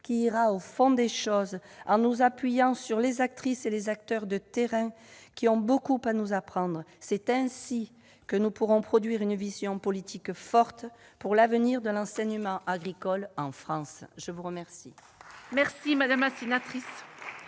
qui ira au fond des choses, en nous appuyant sur les actrices et les acteurs de terrain qui ont beaucoup à nous apprendre. C'est ainsi que nous pourrons proposer une vision politique forte pour l'avenir de l'enseignement agricole en France ! La parole